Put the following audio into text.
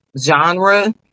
genre